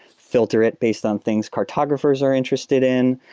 filter it based on things cartographers are interested in.